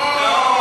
או.